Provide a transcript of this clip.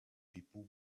people